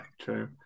true